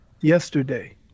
Yesterday